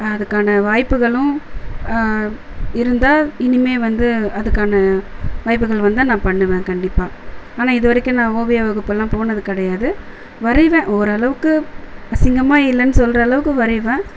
அதுக்கான வாய்ப்புகளும் இருந்தால் இனிமேல் வந்து அதுக்கான வாய்ப்புகள் வந்தால் நான் பண்ணுவேன் கண்டிப்பாக ஆனால் இது வரைக்கும் நான் ஓவிய வகுப்பெல்லாம் போனது கிடையாது வரையுவேன் ஓரளவுக்கு அசிங்கமாக இல்லைன்னு சொல்கிற அளவுக்கு வரையுவேன்